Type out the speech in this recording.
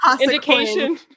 indication